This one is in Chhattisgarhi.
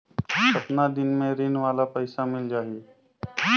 कतना दिन मे ऋण वाला पइसा मिल जाहि?